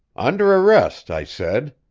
under arrest, i said.